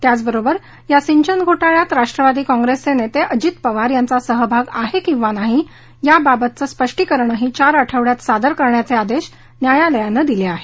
त्याचबरोबर या सिंचन घोटाळ्यात राष्ट्रवादी काँप्रेसचे नेते अजित पवार यांचा सहभाग आहे किंवा नाही याबाबतच स्पष्टीकरणही चार आठवड्यात सादर करण्याचे आदेश न्यायालयानं दिले आहेत